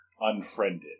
Unfriended